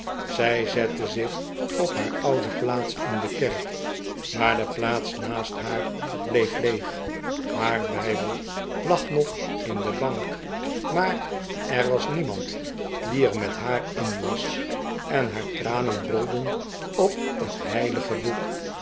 zij zette zich op haar oude plaats in de kerk maar de plaats naast haar bleef leeg haar bijbel lag nog in de bank maar er was niemand die er met haar in las en haar tranen rolden op het heilige boek